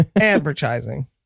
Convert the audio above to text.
advertising